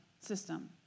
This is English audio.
system